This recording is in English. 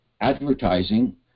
advertising